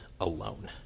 alone